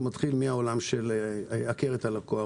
שמתחיל מן העולם של "הכר את הלקוח",